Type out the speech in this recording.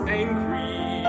angry